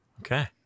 okay